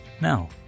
Now